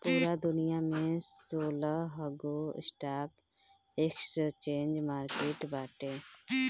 पूरा दुनिया में सोलहगो स्टॉक एक्सचेंज मार्किट बाटे